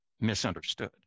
misunderstood